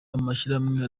amashyirahamwe